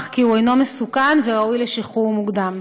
כי הוא אינו מסוכן וראוי לשחרור מוקדם.